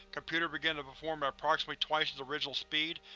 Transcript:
computer began to perform at approximately twice its original speed.